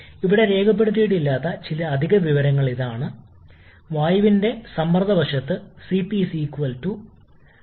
എന്നിരുന്നാലും ഈ കംപ്രഷൻ ഒന്നിലധികം ഘട്ടങ്ങളായി വിഭജിക്കുക എന്നതാണ് നമ്മളുടെ ആശയം നമുക്ക് രണ്ട് ഘട്ടങ്ങളിൽ ശ്രദ്ധ കേന്ദ്രീകരിക്കാം